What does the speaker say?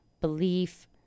belief